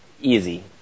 easy